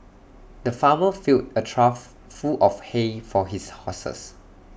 the farmer filled A trough full of hay for his horses